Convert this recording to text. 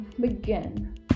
begin